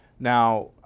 now,